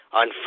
on